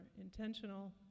intentional